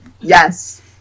Yes